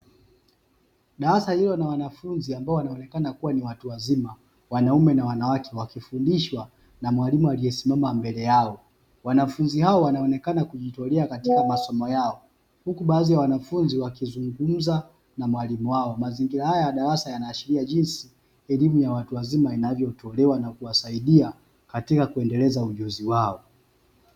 Darasa lililo na wanafunzi ambao wanaonekana kuwa ni watu wazima wanaume na wanawake wakifundishwa na mwalimu aliyesimama mbele yao. Wanafunzi hao wanaonekana kujitolea katika masomo yao huku baadhi ya wanafunzi wakizungumza na mwalimu wao. Mazingira haya ya darasa yanaashiria jinsi elimu ya watu wazima inavyotolewa na kuwasaidia katika kuendeleza ujuzi wao.